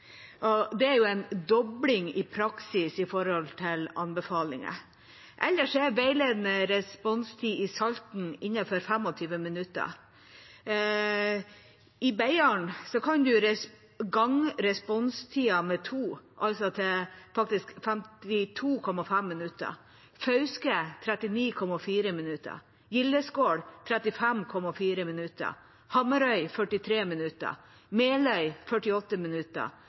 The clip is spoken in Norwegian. Det er jo i praksis en dobling i forhold til anbefalingen. Ellers er veiledende responstid i Salten innenfor 25 minutter. I Beiarn kan man gange responstida med to, til 52,5 minutter, i Fauske er den 39,4 minutter, i Gildeskål 35,4 minutter, i Hamarøy 43 minutter, i Meløy 48 minutter,